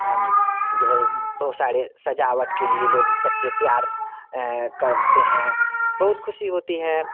हम जो है बहुत सारे सजावट के लिए लोग बच्चें तैयार करते हैं बहुत खुशी होती है